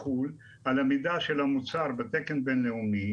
מפני שלא ייתכן מצב שהנושא